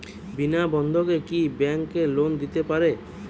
বিনা বন্ধকে কি bank loan দিতে পারে?